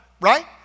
Right